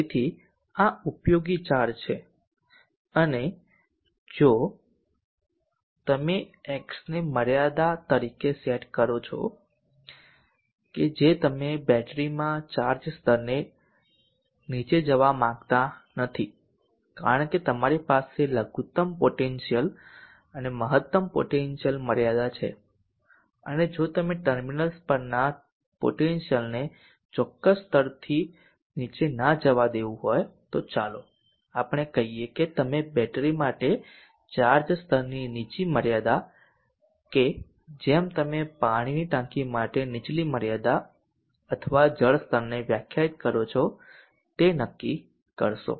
તેથી આ ઉપયોગી ચાર્જ છે અને જો તમે xને મર્યાદા તરીકે સેટ કરો છો કે જે તમે બેટરીમાં ચાર્જ સ્તરને નીચે જવા માંગતા નથી કારણ કે તમારી પાસે લઘુત્તમ પોટેન્શિયલ અને મહત્તમ પોટેન્શિયલ મર્યાદા છે અને જો તમે ટર્મિનલ્સ પરના પોટેન્શિયલને ચોક્કસ સ્તરથી નીચે ના જવાદેવું હોય તો ચાલો આપણે કહીએ કે તમે બેટરી માટે ચાર્જ સ્તરની નીચી મર્યાદા કે જેમ તમે પાણીની ટાંકી માટે નીચલી મર્યાદા અથવા જળ સ્તરને વ્યાખ્યાયિત કરો છો તે રીતે નક્કી કરશો